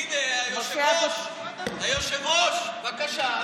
הינה, היושב-ראש, בבקשה.